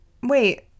Wait